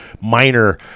minor